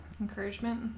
encouragement